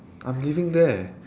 I'm living there